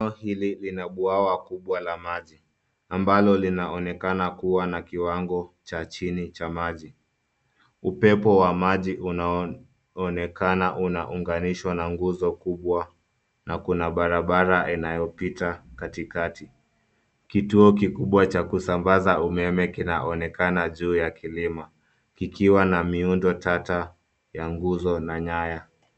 Hili lina bwawa kubwa la maji, ambalo linaonekana kuwa na kiwango cha chini cha maji. Upepo wa maji unaonekana unaunganishwa na nguzo kubwa na kuna barabara inayopita katikati. Kituo kikubwa cha kusambaza umeme kinaonekana juu ya kilima, kikiwa na miundo tata ya nguzo na nyaya.